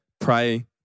pray